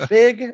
big